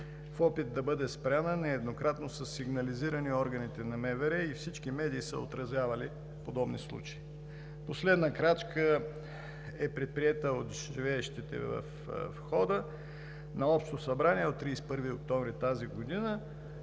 В опит да бъде спряна нееднократно са сигнализирани органите на МВР и всички медии са отразявали подобни случаи. Последна крачка е предприета от живеещите във входа на Общо събрание от 31 октомври тази година,